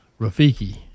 Rafiki